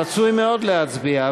רצוי מאוד להצביע,